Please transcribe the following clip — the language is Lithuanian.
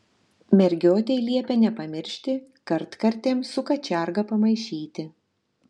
mergiotei liepia nepamiršti kartkartėm su kačiarga pamaišyti